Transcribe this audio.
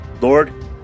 Lord